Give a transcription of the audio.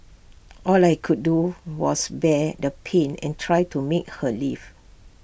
all I could do was bear the pain and try to make her leave